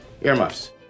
Earmuffs